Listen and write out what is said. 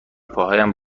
پاهایم